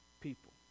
people